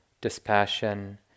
dispassion